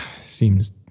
seems